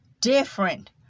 different